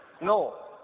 No